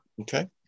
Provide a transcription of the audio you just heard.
Okay